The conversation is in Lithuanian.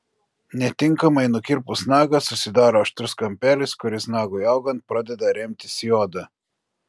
netinkamai nukirpus nagą susidaro aštrus kampelis kuris nagui augant pradeda remtis į odą